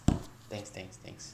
thanks thanks thanks